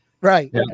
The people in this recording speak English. right